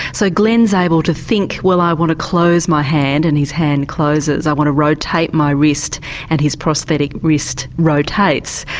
so glen's able to think, well i want to close my hand and his hand closes, i want to rotate my wrist and his prosthetic wrist rotates.